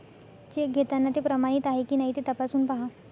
check घेताना ते प्रमाणित आहे की नाही ते तपासून पाहा